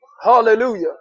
hallelujah